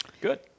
Good